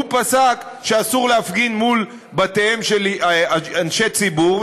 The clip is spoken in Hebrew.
הוא פסק שאסור להפגין מול בתיהם של אנשי ציבור,